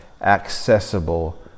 accessible